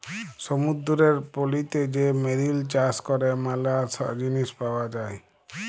সমুদ্দুরের পলিতে যে মেরিল চাষ ক্যরে ম্যালা জিলিস পাওয়া যায়